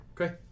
Okay